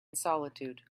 solitude